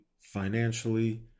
financially